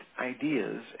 ideas